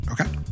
Okay